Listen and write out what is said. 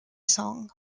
song